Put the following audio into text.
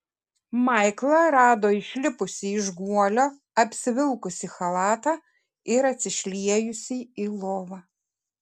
maiklą rado išlipusį iš guolio apsivilkusį chalatą ir atsišliejusį į lovą